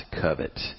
covet